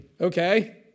okay